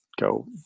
go